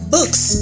Books